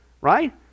right